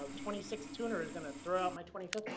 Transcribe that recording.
ah twenty six tuner is going to throw out my twenty.